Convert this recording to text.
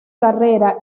carrera